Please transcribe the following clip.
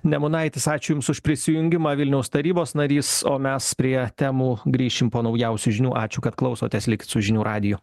nemunaitis ačiū jums už prisijungimą vilniaus tarybos narys o mes prie temų grįšime po naujausių žinių ačiū kad klausotės likti su žinių radiju